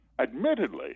admittedly